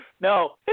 No